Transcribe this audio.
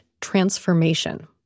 transformation